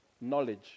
knowledge